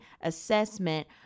assessment